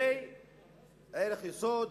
זה ערך יסוד,